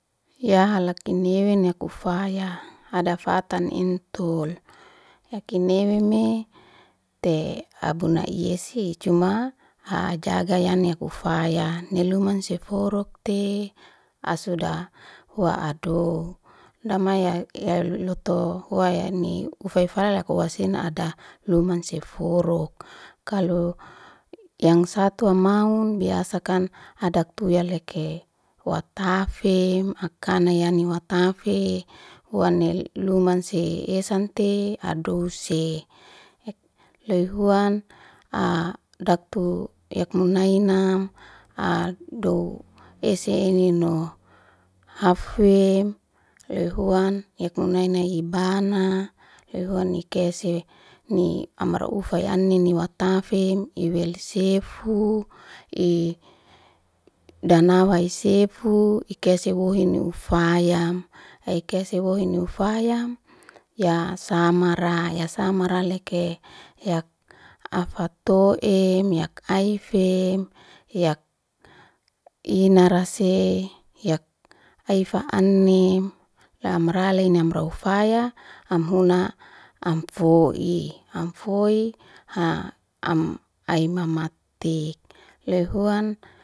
Ya hala kinewe ni kufaya, hadafatani intul ya kinewe me te abuna iyesi, cuma hajaga ya niya kufaya ni luman sifuruk te asuda hua aduw. Lama ya luto hua ya ni ufeifala lako wasina adu human sifaturuk, kalo yang sato amaun biasakan hadatu ya leke watafem ya ni watafem huam ni lumansi esente adu se. Loy huan daktu yakunaina adu esenino hafwem loy huan yakunaina ibana loy huan ikese ni amta ufayani ni watafem iwelisefu, i danawa i sefu ikese wuhim ufayam. Haikese wuhini ufayama, ya samara ya samara leke ya afatoem ya kaifem ya inara se, yak aifa anim la amrale ni amroufaya am huna am foi. Am foi haa am aimamatek. Loy huan